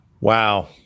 Wow